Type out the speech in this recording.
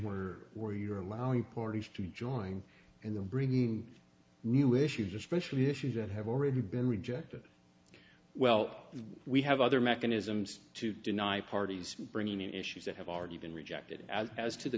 where where you're allowing portage to join in the bringing new issues especially issues that have already been rejected well we have other mechanisms to deny parties bringing in issues that have already been rejected as to the